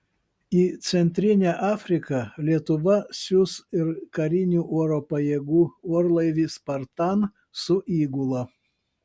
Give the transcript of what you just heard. į centrinę afriką lietuva siųs ir karinių oro pajėgų orlaivį spartan su įgula